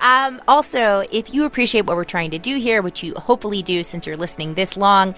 um also, if you appreciate what we're trying to do here, which you hopefully do since you're listening this long